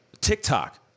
TikTok